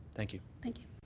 thank you. thank you.